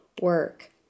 work